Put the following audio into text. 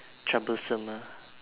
troublesome ah